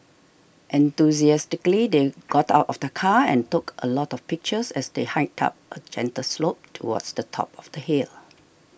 enthusiastically they got out of the car and took a lot of pictures as they hiked up a gentle slope towards the top of the hill